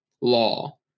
law